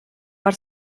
per